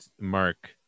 mark